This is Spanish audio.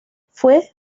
fue